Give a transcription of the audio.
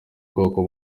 bwoko